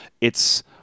it's-